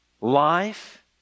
life